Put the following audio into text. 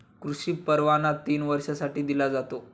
कृषी परवाना तीन वर्षांसाठी दिला जातो